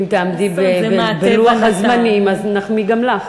אם תעמדי בלוח הזמנים, אז נחמיא גם לך.